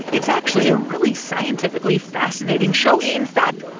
it's actually a really scientifically fascinating show. in fact,